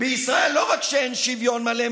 בישראל לא רק שאין שוויון מלא,